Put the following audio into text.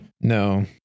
No